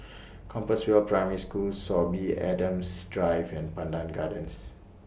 Compassvale Primary School Sorby Adams Drive and Pandan Gardens